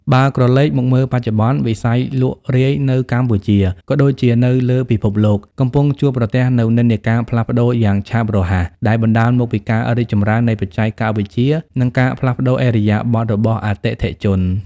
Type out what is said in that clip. បើក្រឡេកមកមើលបច្ចុប្បន្ន វិស័យលក់រាយនៅកម្ពុជា ក៏ដូចជានៅលើពិភពលោក កំពុងជួបប្រទះនូវនិន្នាការផ្លាស់ប្តូរយ៉ាងឆាប់រហ័ស ដែលបណ្ដាលមកពីការរីកចម្រើននៃបច្ចេកវិទ្យា និងការផ្លាស់ប្តូរឥរិយាបថរបស់អតិថិជន។